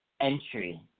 entry